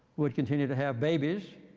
would continue to have babies.